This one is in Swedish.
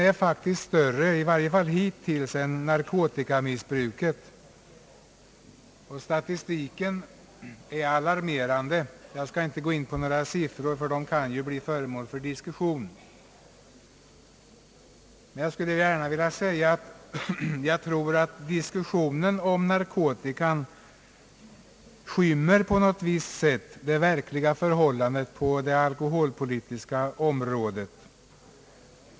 Skadeverkningarna är, i varje fall hittills, svårare än när det gäller narkotikamissbruket Statistiken är alarmerande. Jag skall dock inte gå in på några siffror, ty de kan ju bli föremål för diskussion. Jag tror emellertid, att diskussionen om narkotikan på något visst sätt skymmer det verkliga förhållandet på det alkoholpolitiska området.